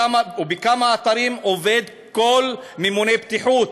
ובכמה אתרים עובד כל ממונה בטיחות?